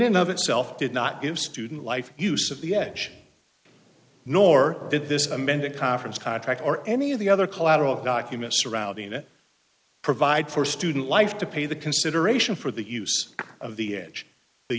and of itself did not give student life use of the edge nor did this amended conference contract or any of the other collateral documents surrounding it provide for student life to pay the consideration for the use of the edge